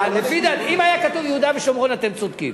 לפי דעתי, אם היה כתוב יהודה ושומרון אתם צודקים.